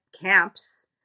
camps